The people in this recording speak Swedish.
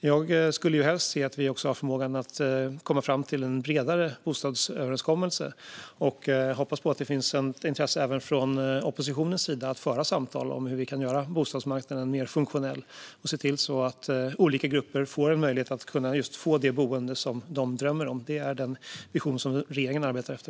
Jag skulle också helst se att vi hade förmågan att komma fram till en bredare bostadsöverenskommelse, och jag hoppas på att det även från oppositionens sida finns intresse av att föra samtal om hur vi kan göra bostadsmarknaden mer funktionell. Det handlar om att se till att olika grupper får en möjlighet att få just det boende de drömmer om. Det är den vision regeringen arbetar efter.